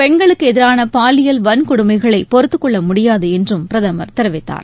பெண்களுக்கு எதிரான பாலியல் வன்கொடுமைகளை பொறுத்துக்கொள்ள முடியாது என்று பிரதமர் தெரிவித்தார்